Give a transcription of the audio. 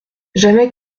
jamais